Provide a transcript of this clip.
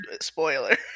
spoiler